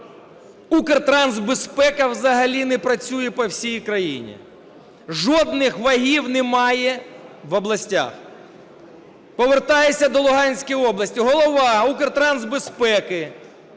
Укртрансбезпека взагалі не працює по всій країні, жодних вагів немає в областях. Повертаюся до Луганської області. Голова Укртрансбезпеки